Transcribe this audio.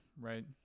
right